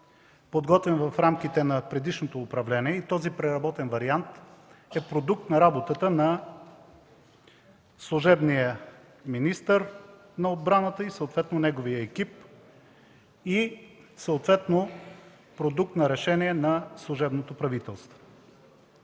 подготвен в рамките на предишното управление. Този преработен вариант е продукт на работата на служебния министър на отбраната и съответно на неговия екип, съответно продукт на решение на служебното правителство.